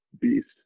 beast